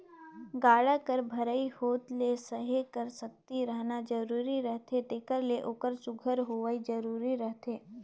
गाड़ा कर भरई होत ले सहे कर सकती रहना जरूरी रहथे तेकर ले ओकर सुग्घर होवई जरूरी रहथे